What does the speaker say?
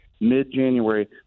mid-January